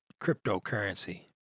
cryptocurrency